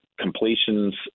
completions